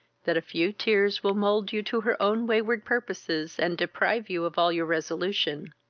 that a few tears will mould you to her own wayward purposes, and deprive you of all your resolution.